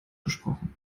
gesprochen